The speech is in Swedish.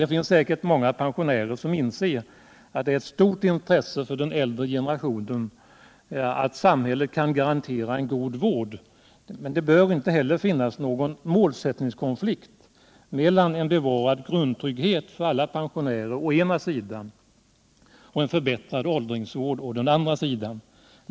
Det finns säkert många pensionärer som inser att det är ett stort intresse för den äldre generationen att samhället kan garantera en god vård. Men det bör inte heller finnas någon målkonflikt mellan en bevarad grundtrygghet för alla pensionärer å ena sidan och en förbättrad åldringsvård å den andra.